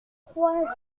croit